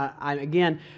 again